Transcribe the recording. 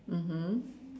mmhmm